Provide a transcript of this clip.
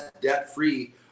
debt-free